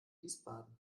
wiesbaden